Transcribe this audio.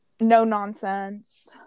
No-nonsense